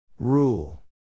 Rule